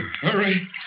hurry